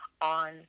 On